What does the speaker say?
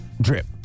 drip